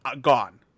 gone